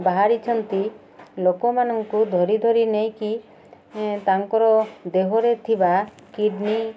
ବାହାରିଛନ୍ତି ଲୋକମାନଙ୍କୁ ଧରି ଧରି ନେଇକି ତାଙ୍କର ଦେହରେ ଥିବା କିଡ଼ନୀ